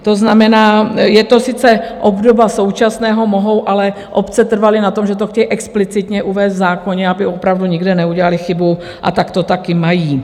To znamená, je to sice obdoba současného, mohou ale obce trvaly na tom, že to chtějí explicitně uvést v zákoně, aby opravdu nikde neudělaly chybu, a tak to také mají.